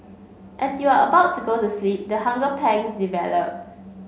as you are about to go to sleep the hunger pangs develop